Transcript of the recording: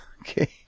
Okay